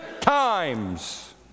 times